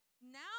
now